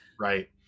Right